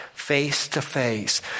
face-to-face